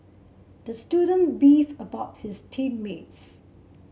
the student beefed about his team mates